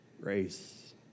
grace